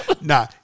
Nah